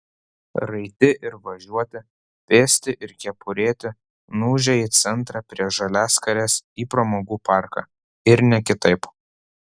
raiti ir važiuoti pėsti ir kepurėti nuūžė į centrą prie žaliaskarės į pramogų parką ir ne kitaip